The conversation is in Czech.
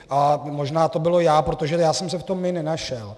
A možná to bylo já, protože já jsem se v tom nenašel.